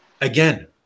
Again